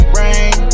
rain